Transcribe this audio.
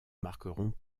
marqueront